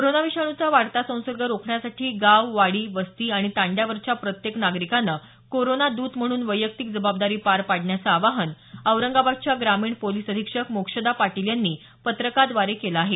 corona विषाणूच्या वाढता संसर्ग रोखण्यासाठी गाव वाडी वस्ती आणि तांड्यावरच्या प्रत्येक नागरिकांनं कोरोना दूत म्हणून वैयक्तिक जबाबदारी पार पाडण्याचं आवाहन औरंगाबादच्या ग्रामीण पोलीस अधीक्षक मोक्षदा पाटील यांनी पत्रकाद्वारे केलं आहे